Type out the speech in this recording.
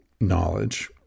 knowledge